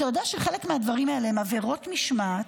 אתה יודע שחלק מהדברים האלה הם עבירות משמעת,